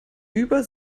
über